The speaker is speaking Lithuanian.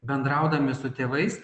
bendraudami su tėvais